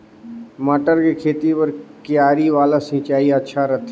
मटर के खेती बर क्यारी वाला सिंचाई अच्छा रथे?